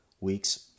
weeks